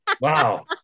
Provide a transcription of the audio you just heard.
wow